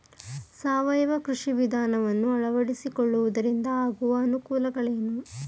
ಸಾವಯವ ಕೃಷಿ ವಿಧಾನವನ್ನು ಅಳವಡಿಸಿಕೊಳ್ಳುವುದರಿಂದ ಆಗುವ ಅನುಕೂಲಗಳೇನು?